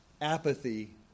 apathy